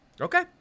okay